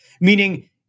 Meaning